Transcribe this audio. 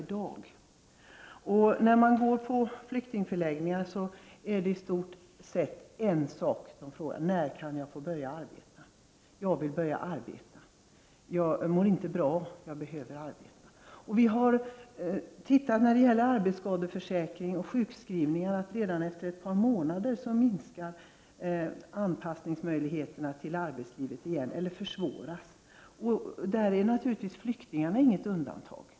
Det är i stort sett en sak som flyktingarna på flyktingförläggningarna frågar: När får jag börja arbeta, för jag vill börja arbeta? Jag mår inte bra, jag behöver arbete. Enligt statistik på arbetsskadeförsäkringar och sjukskrivningar minskar möjligheterna till anpassning till arbetslivet redan efter ett par månader, eller försvåras. Där är naturligtvis inte flyktingarna något undantag.